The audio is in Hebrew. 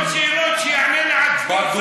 לא, הוא שואל שאלות, שיענה לעצמו, שר הביטחון.